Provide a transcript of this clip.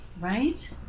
Right